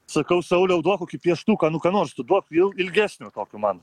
sakau sauliau duok kokį pieštuką nu ką nors tu duok ilgesnio tokio man